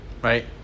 Right